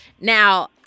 Now